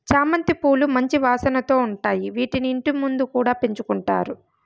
చామంతి పూలు మంచి వాసనతో ఉంటాయి, వీటిని ఇంటి ముందు కూడా పెంచుకుంటారు